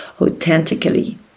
authentically